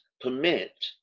permit